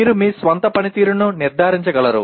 మీరు మీ స్వంత పనితీరును నిర్ధారించగలరు